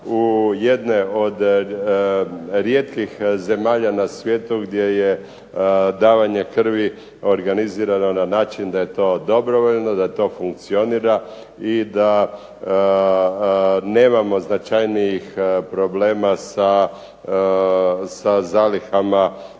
u jedne od rijetkih zemalja na svijetu gdje je davanje krvi organizirano na način da je to dobrovoljno, da to funkcionira i da nemamo značajnijih problema sa zalihama